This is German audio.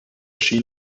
schien